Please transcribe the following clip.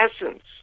essence